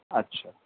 اچھا